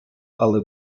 але